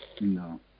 No